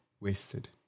wasted